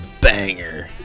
banger